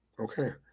Okay